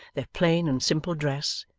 their plain and simple dress,